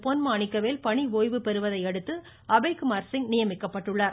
பொன்மாணிக்கவேல் பணி ஓய்வு பெறுவதையடுத்து அபய்குமார் சிங் நியமிக்கப்பட்டுள்ளார்